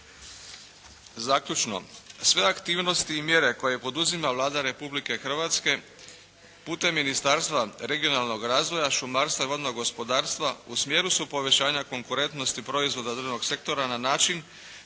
Zaključno, sve aktivnosti i mjere koje poduzima Vlada Republike Hrvatske putem Ministarstva regionalnog razvoja, šumarstva i vodnog gospodarstva u smjeru su poboljšanja konkurentnosti proizvoda državnog sektora na način